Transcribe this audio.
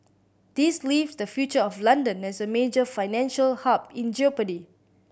this leaves the future of London as a major financial hub in jeopardy